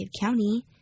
County